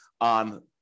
on